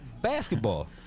basketball